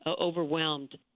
overwhelmed